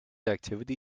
activity